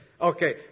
Okay